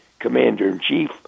commander-in-chief